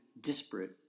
disparate